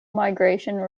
migration